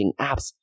apps